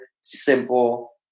simple